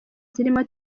zirimo